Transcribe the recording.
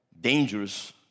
dangerous